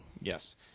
Yes